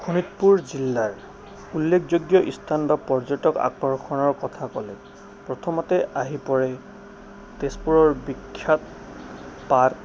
শোণিতপুৰ জিলাৰ উল্লেখযোগ্য ইস্থান বা পৰ্যটক আকৰ্ষণৰ কথা ক'লে প্ৰথমতেই আহি পৰে তেজপুৰৰ বিখ্যাত পাৰ্ক